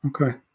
Okay